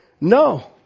no